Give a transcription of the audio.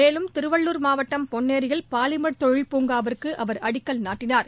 மேலும் திருவள்ளுர் மாவட்டம் பொன்னேரியில் பாலிமர் தொழிவ்பூங்காவுக்கு அவர் அடிக்கல் நாட்டனார்